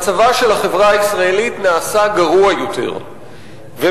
מצבה של החברה הישראלית נעשה גרוע יותר ומעמדה